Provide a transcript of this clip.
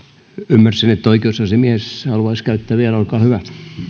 ymmärsin että oikeusasiamies haluaisi vielä käyttää puheenvuoron olkaa hyvä